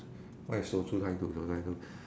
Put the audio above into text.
what is 守株待兔守株待兔